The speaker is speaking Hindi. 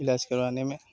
इलाज कराने में